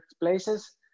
places